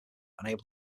unable